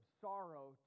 sorrow